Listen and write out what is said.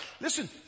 listen